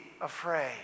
afraid